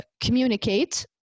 communicate